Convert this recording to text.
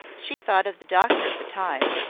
she thought of the doctor at the time,